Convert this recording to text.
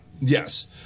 yes